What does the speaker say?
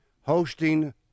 hosting